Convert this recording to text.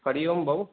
हरी ओम भाऊ